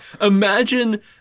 imagine